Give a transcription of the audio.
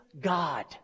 God